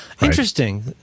Interesting